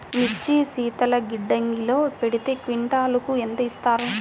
మిర్చి శీతల గిడ్డంగిలో పెడితే క్వింటాలుకు ఎంత ఇస్తారు?